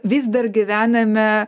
vis dar gyvename